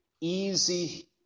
easy